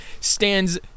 stands